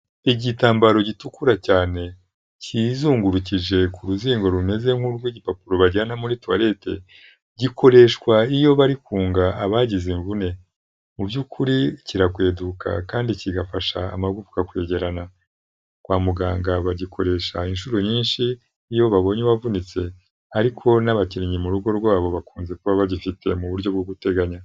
Igitambaro gitukura cyane kizungurukije ku ruzingo rumeze nk'urw'igipapuro bajyana muri tuwarete, gikoreshwa iyo bari kunga abagize imvune mu by'ukuri kirakweduka kandi kigafasha amagufwa kwegerana, kwa muganga bagikoresha inshuro nyinshi iyo babonye uwavunitse ariko n'abakinnyi mu rugo rwabo bakunze kuba bagifite mu buryo bwo guteganya.